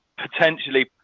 potentially